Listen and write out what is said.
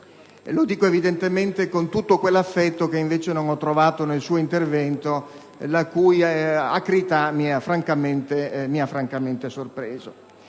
Lo dico, evidentemente, con tutto l'affetto che, invece, non ho trovato nel suo intervento, la cui acrità, francamente, mi ha sorpreso.